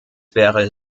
wäre